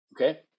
Okay